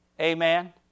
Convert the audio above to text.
Amen